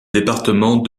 département